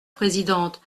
présidente